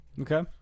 Okay